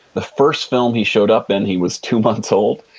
the first film he showed up in he was two months old.